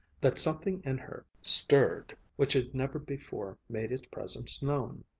that something in her stirred which had never before made its presence known.